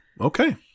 Okay